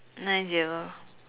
no idea